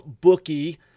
bookie